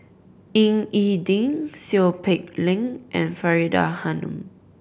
Ying E Ding Seow Peck Leng and Faridah Hanum